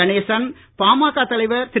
கணேசன் பாமக தலைவர் திரு